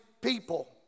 people